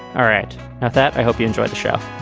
all right now that i hope you enjoyed chef